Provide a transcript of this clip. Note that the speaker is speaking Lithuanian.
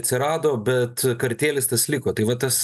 atsirado bet kartėlis tas liko tai va tas